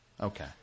Okay